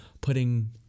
putting